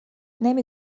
نمی